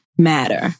matter